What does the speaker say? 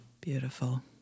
Beautiful